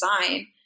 design